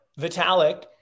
Vitalik